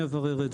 אני אברר את זה.